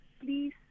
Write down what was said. please